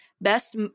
Best